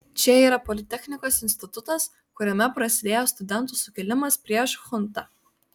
čia yra politechnikos institutas kuriame prasidėjo studentų sukilimas prieš chuntą